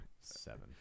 seven